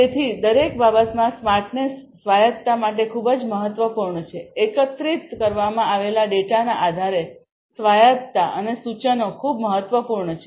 તેથી દરેક બાબતમાં સ્માર્ટનેસ સ્વાયતતા માટે ખૂબ જ મહત્વપૂર્ણ છે એકત્રિત કરવામાં આવેલા ડેટાના આધારે સ્વાયતતા અને સૂચનો ખૂબ મહત્વપૂર્ણ છે